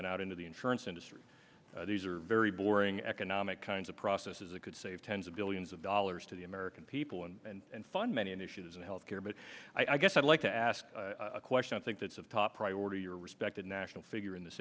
then out into the insurance industry these are very boring economic kinds of processes that could save tens of billions of dollars to the american people and fund many initiatives in health care but i guess i'd like to ask a question i think that's of top priority or respected national figure in this